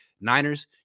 Niners